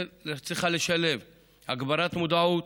צריכה לשלב הגברת מודעות,